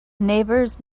neighbors